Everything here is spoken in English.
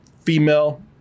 female